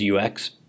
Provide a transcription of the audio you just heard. UX